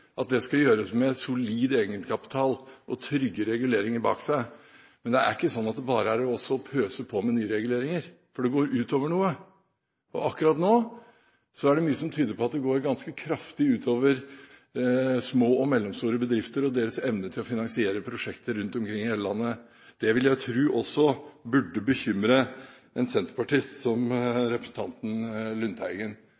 at det skal gjøres med en solid egenkapital og trygge reguleringer bak seg. Men det er ikke bare å pøse på med nye reguleringer, for det går ut over noe. Akkurat nå er det mye som tyder på at det går ganske kraftig ut over små og mellomstore bedrifter og deres evne til å finansiere prosjekter rundt omkring i hele landet. Det vil jeg tro også burde bekymre en senterpartist som